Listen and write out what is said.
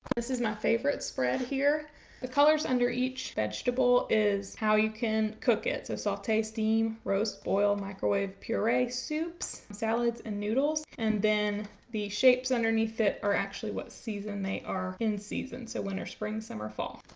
this is my favorite spread here the colors under each vegetable is how you can cook it so sautee, steam, roast, boil, microwave puree soups, salads, and noodles and then the shapes underneath it are actually what season they are in season. so, winter spring summer fall.